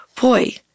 Boy